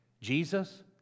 Jesus